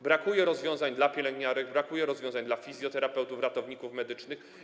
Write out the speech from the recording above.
Brakuje rozwiązań dla pielęgniarek, brakuje rozwiązań dla fizjoterapeutów, dla ratowników medycznych.